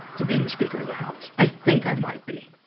to being the speaker of the house. i think i might be.